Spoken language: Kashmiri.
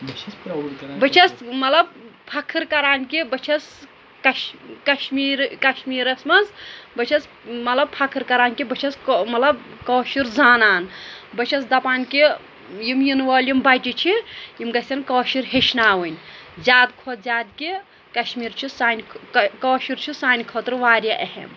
بہٕ چھَس مطلب فَخٕر کران کہِ بہٕ چھَس کَش کَشمیٖرٕ کَشمیٖرَس منٛز بہٕ چھَس مطلب فَخٕر کران کہِ بہٕ چھَس مطلب کٲشُر زانان بہٕ چھَس دَپان کہِ یِم یِنہٕ وٲلۍ یِم بَچہِ چھِ یِم گژھٮ۪ن کٲشُر ہیٚچھناوٕنۍ زیادٕ کھۄتہٕ زیادٕ کہِ کَشمیٖر چھُ سانہِ کٲشُر چھُ سانہِ خٲطرٕ واریاہ اہم